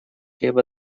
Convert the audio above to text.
либо